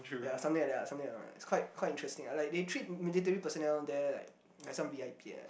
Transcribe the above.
yea something like that something like that it's quite quite interesting like they treat military personnel there like like some V_I_P ah